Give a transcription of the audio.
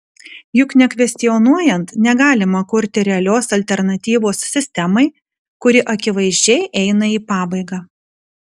juk nekvestionuojant negalima kurti realios alternatyvos sistemai kuri akivaizdžiai eina į pabaigą